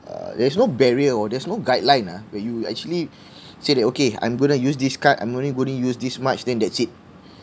uh there is no barrier or there is no guideline ah where you actually say that okay I'm gonna use this card I'm only gonna use this much then that's it